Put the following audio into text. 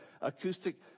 acoustic